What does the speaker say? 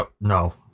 No